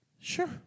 Sure